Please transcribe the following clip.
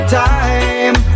time